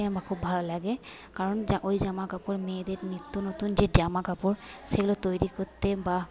আমার খুব ভালো লাগে কারণ যা ওই জামা কাপড় মেয়েদের নিত্যনতুন যে জামা কাপড় সেগুলো তৈরি করতে বা